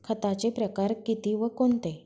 खताचे प्रकार किती व कोणते?